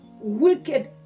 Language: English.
wicked